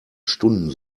stunden